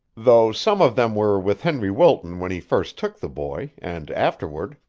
though some of them were with henry wilton when he first took the boy, and afterward.